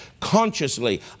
consciously